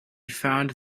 found